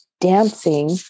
dancing